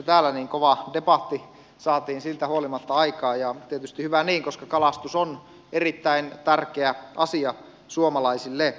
täällä kova debatti saatiin siitä huolimatta aikaan ja tietysti hyvä niin koska kalastus on erittäin tärkeä asia suomalaisille